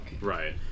Right